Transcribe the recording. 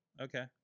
okay